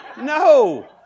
No